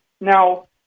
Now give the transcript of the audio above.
now